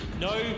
No